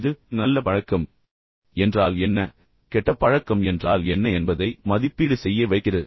இது நல்ல பழக்கம் என்றால் என்ன கெட்ட பழக்கம் என்றால் என்ன என்பதை மதிப்பீடு செய்ய வைக்கிறது